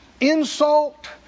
insult